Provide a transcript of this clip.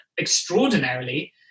extraordinarily